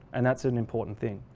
and that's an important thing.